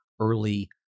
early